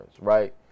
right